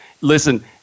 Listen